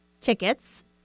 tickets